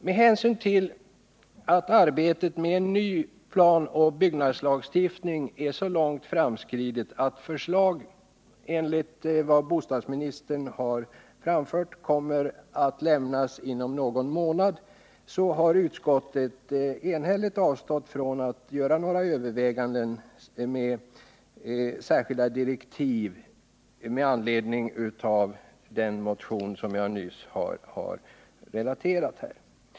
Med hänsyn till att arbetet med en ny planoch bygglagstiftning är så långt framskridet att förslag, enligt vad bostadsministern har framfört, kommer att lämnas inom någon månad har utskottet enhälligt avstått från att överväga några särskilda direktiv för arbetets fullföljande.